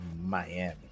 Miami